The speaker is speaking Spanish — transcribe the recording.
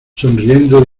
sonriendo